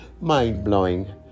mind-blowing